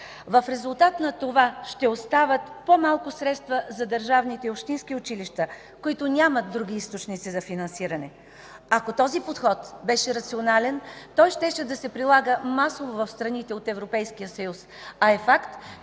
В резултат на това ще остават по-малко средства за държавните и общински училища, които нямат други източници за финансиране. Ако този подход беше рационален, той щеше да се прилага масово в страните от Европейския съюз, а е факт,